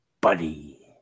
buddy